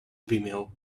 vimeo